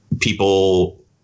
people